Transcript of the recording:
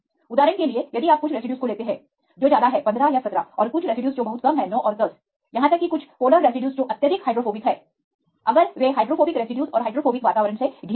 उदाहरण के लिए यदि आप कुछ रेसिड्यूज को लेते हैं जो ज्यादा हैं 15 या 17 और कुछ रेसिड्यू जो बहुत कम हैं 9 और 10 यहां तक कि कुछ पोलर रेसिड्यूज जो अत्यधिक हाइड्रोफोबिक हैं अगर वे हाइड्रोफोबिक रेसिड्यूज और हाइड्रोफोबिक वातावरण से घिरे हैं